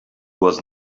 was